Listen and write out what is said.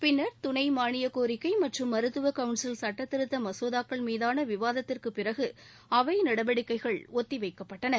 பின்னா் துணை மானியக் கோரிக்கை மற்றும் மருத்துவ கவுன்சில் சட்டத்திருத்த மசோதாக்கள் மீதான விவாதத்திற்குப் பிறகு அவை நடவடிக்கைகள் ஒத்திவைக்கப்பட்டன